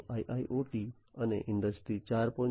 તો IIoT અને industry 4